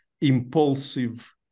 impulsive